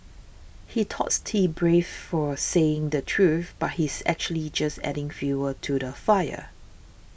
he thought brave for saying the truth but he's actually just adding fuel to the fire